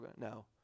No